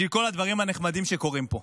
בשביל כל הדברים הנחמדים שקורים פה.